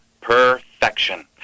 Perfection